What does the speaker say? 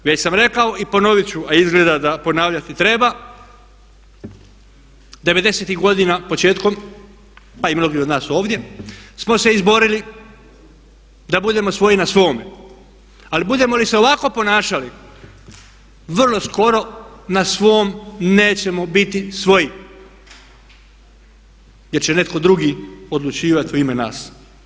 Već sam rekao i ponovit ću a izgleda da ponavljati treba, početkom 90—tih godina pa i mnogi od nas ovdje smo se izborili da budemo svoji na svoji ali budemo li se ovako ponašali vrlo skoro na svom nećemo biti svoji jer će netko drugi odlučivati u ime nas.